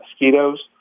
mosquitoes